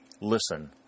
Listen